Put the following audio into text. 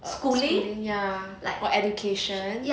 err schooling ya like for education